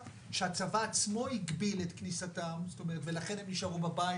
- שהצבא עצמו הגביל את כניסתם ולכן הם נשארו בבית.